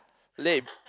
late